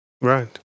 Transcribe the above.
Right